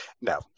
No